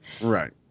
Right